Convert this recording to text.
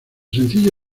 sencillo